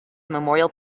memorial